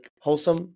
wholesome